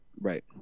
right